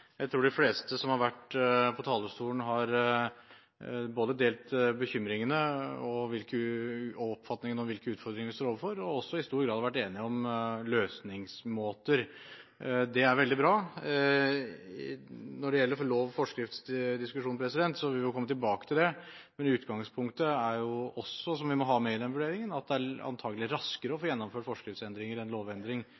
Jeg tror de fleste som har vært på talerstolen, har delt både bekymringene og oppfatningene om hvilke utfordringer vi står overfor, og også i stor grad vært enige om løsningsmåter. Det er veldig bra. Når det gjelder lov- og forskriftsdiskusjonen, vil vi komme tilbake til det, men i utgangspunktet, og som vi må ha med i den vurderingen, er det antakelig raskere å